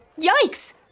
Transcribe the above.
Yikes